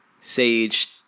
sage